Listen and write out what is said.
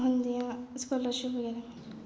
जि'यां स्कॉलरशिप बगैरा